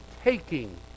taking